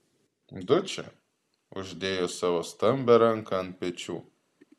dučė uždėjo savo stambią ranką ant pečių